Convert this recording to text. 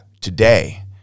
Today